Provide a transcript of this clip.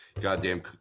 goddamn